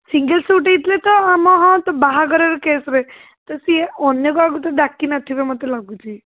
single shoot ହେଇଥିଲେ ତ ଆମ ହଁ ବାହାଘର କେସ୍ରେ ତ ସିଏ ଅନ୍ୟ କାହାକୁ ତ ଡାକିନଥିବେ ମୋତେ ଲାଗୁଛି